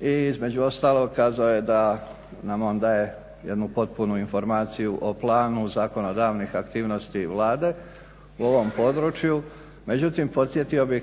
i između ostalog kazao je da nam on daje jednu potpunu informaciju o planu zakonodavnih aktivnosti Vlade u ovom području. Međutim, podsjetio bih